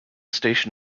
station